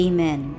Amen